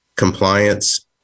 Compliance